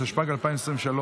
התשפ"ג 2023,